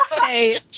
Hey